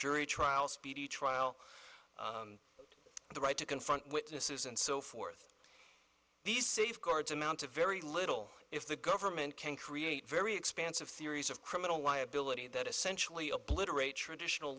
jury trial speedy trial the right to confront witnesses and so forth these safeguards amount to very little if the government can create very expansive theories of criminal liability that essentially obliterate traditional